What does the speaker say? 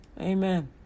Amen